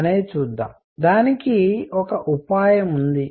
కాబట్టి దానికి ఒక ఉపాయం ఉంది